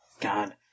God